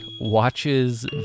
watches